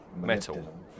metal